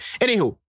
Anywho